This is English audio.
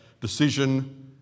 decision